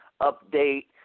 update